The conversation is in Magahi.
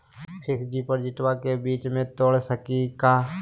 फिक्स डिपोजिटबा के बीच में तोड़ सकी ना?